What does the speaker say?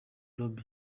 rabbi